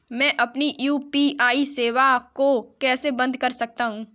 मैं अपनी यू.पी.आई सेवा को कैसे बंद कर सकता हूँ?